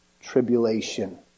Tribulation